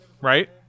right